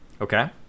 Okay